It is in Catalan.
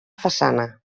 façana